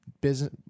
business